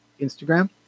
Instagram